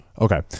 Okay